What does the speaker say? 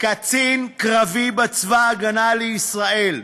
קצין קרבי בצבא ההגנה לישראל.